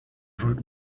wrote